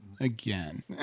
again